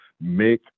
make